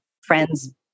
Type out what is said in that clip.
friend's